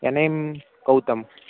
என் name Gautham